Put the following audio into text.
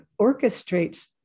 orchestrates